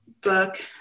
book